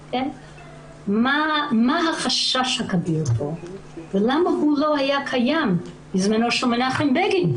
מה החשש הכביר פה ולמה הוא לא היה קיים בזמנו של מנחם בגין?